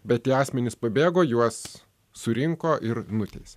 bet tie asmenys pabėgo juos surinko ir nuteisė